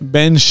Ben